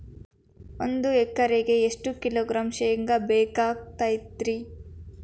ಒಂದು ಎಕರೆಗೆ ಎಷ್ಟು ಕಿಲೋಗ್ರಾಂ ಶೇಂಗಾ ಬೇಕಾಗತೈತ್ರಿ?